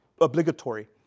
obligatory